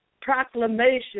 proclamation